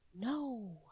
No